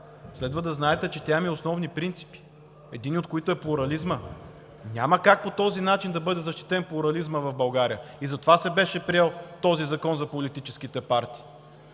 следва да знаете, че тя има и основни принципи, единият от които е плурализмът. Няма как по този начин да бъде защитен плурализмът в България. Затова беше приет този Закон за политическите партии.